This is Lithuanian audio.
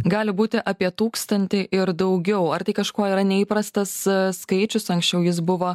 gali būti apie tūkstantį ir daugiau ar tai kažkuo yra neįprastas skaičius anksčiau jis buvo